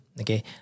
Okay